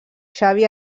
xavi